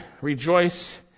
rejoice